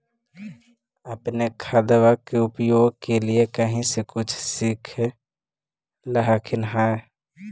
अपने खादबा के उपयोग के लीये कही से कुछ सिखलखिन हाँ?